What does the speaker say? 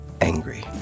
angry